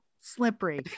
slippery